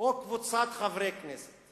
או קבוצת חברי כנסת